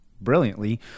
brilliantly